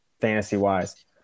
fantasy-wise